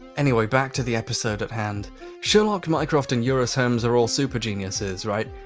anyway back to the episode at hand sherlock, mycroft and eurus holmes are all super geniuses, right?